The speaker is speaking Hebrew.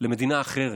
למדינה אחרת.